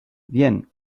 bien